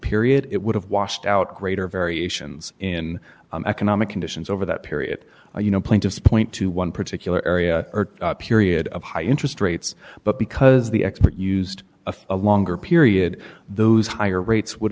period it would have washed out greater variations in economic conditions over that period or you know plaintiff's point to one particular area or period of high interest rates but because the expert used a longer period those higher rates would